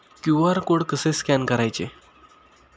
QR code कसे scan करायचे?